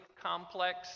complex